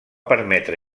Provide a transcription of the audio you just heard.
permetre